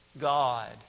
God